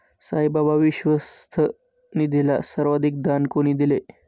साईबाबा विश्वस्त निधीला सर्वाधिक दान कोणी दिले?